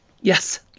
Yes